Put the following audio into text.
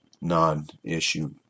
non-issue